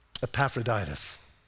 Epaphroditus